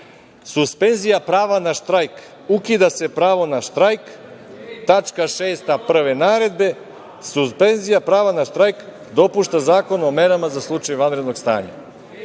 sati. Suspenzija prava na štrajk - ukida se pravo na štrajk, tačka 6, a prve naredbe - suspenzija prava na štrajk dopušta Zakonu o merama za slučaj vanrednog stanja,